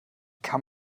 kann